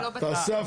תעשה הפרדה.